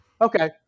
Okay